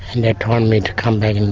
and they told me to come back